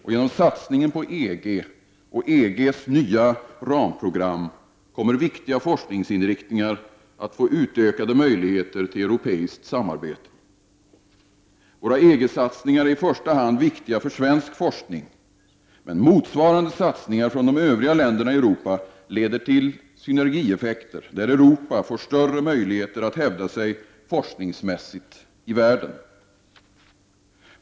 Genom satsningen på EG och EGs nya ramprogram kommer viktiga forskningsinriktningar att få utökade möjligheter till europeiskt samarbete. Våra EG-satsningar är i första hand viktiga för svensk forskning, men motsvarande satsningar från de övriga länderna i Europa leder till synnergieffekter, där Europa får större möjligheter att hävda sig forskningsmässigt i världen.